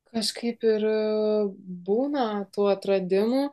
kažkaip ir būna tų atradimų